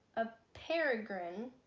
a peregrine